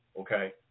okay